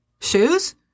Shoes